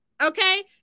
Okay